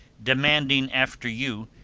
demanding after you,